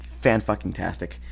fan-fucking-tastic